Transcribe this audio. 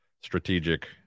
strategic